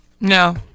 No